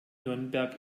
nürnberg